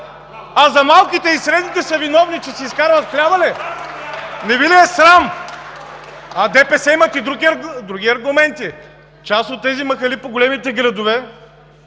А малките и средните са виновни, че си изкарват хляба ли? Не Ви ли е срам? А ДПС имат и други аргументи. В част от тези махали по големите градове